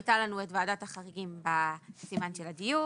הייתה לנו את ועדת החריגים בסימן של הדיור,